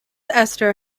ester